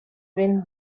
been